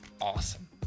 awesome